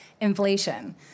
inflation